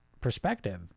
perspective